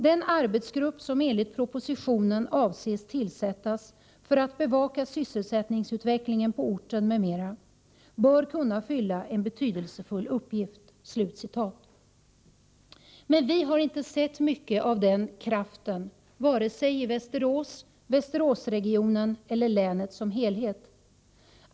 Den arbetsgrupp som enligt propositionen avses tillsättas för att bevaka sysselsättningsutvecklingen på orten m.m. bör kunna fylla en betydelsefull uppgift.” Men vi har inte sett mycket av den ”kraften”, varken i Västerås, i Västeråsregionen eller i länet som helhet.